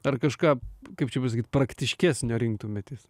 ar kažką kaip čia pasakyt praktiškesnio rinktumėtės